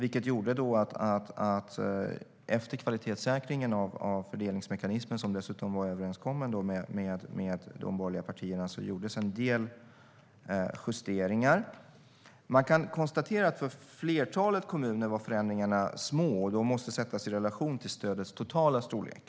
Det medförde att man efter kvalitetssäkringen av fördelningsmekanismen, som dessutom var överenskommen med de borgerliga partierna, gjorde en del justeringar. Man kan konstatera att för flertalet kommuner var förändringarna små. De måste sättas i relation till stödets totala storlek.